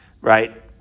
right